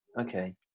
okay